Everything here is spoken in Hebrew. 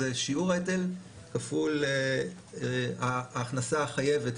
זה שיעור ההיטל כפול ההכנסה החייבת,